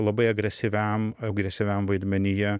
labai agresyviam agresyviam vaidmenyje